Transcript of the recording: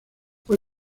fue